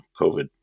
COVID